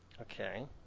Okay